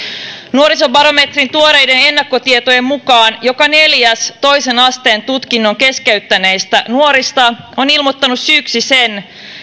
nuorisobarometrin tuoreiden ennakkotietojen mukaan joka neljäs toisen asteen tutkinnon keskeyttäneistä nuorista on ilmoittanut syyksi sen